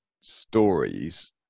stories